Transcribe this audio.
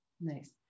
Nice